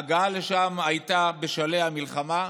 ההגעה לשם הייתה בשלהי המלחמה,